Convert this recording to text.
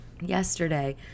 Yesterday